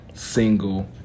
single